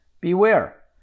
beware